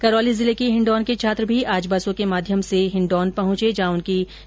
करौली जिले के हिण्डौन के छात्र भी आज बसों के माध्यम से हिण्डौन पहुंचे जहां उनकी स्कीनिंग की गई